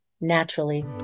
naturally